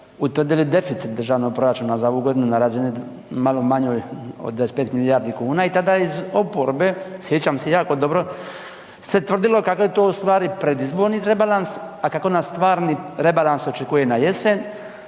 utvrdili deficit državnog proračuna za ovu godinu na razini malo manjoj od 25 milijardi kuna i tada je iz oporbe, sjećam se jako dobro, se tvrdilo kako je to u stvari predizborni rebalans, a kako nas stvarni rebalans očekuje na jesen,